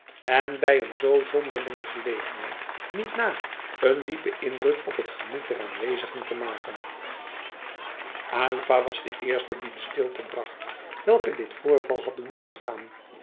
en bij een zoo zonderlinge gelegenheid niet na een diepen indruk op het gemoed der aanwezigen te maken aylva was de eerste die de stilte brak welke dit voorval had doen ontstaan